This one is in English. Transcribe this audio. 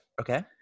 okay